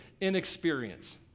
inexperience